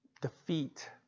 defeat